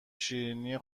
شیرینی